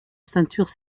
ceinture